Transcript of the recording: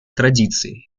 традиции